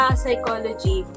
psychology